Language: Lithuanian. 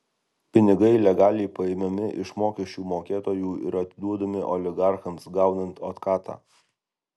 pinigai legaliai paimami iš mokesčių mokėtojų ir atiduodami oligarchams gaunant otkatą